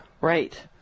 Right